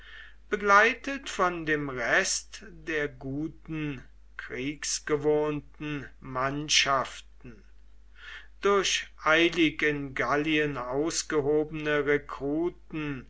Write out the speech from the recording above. begleitet von dem rest der guten kriegsgewohnten mannschaften durch eilig in gallien ausgehobene rekruten